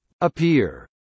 Appear